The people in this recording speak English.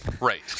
right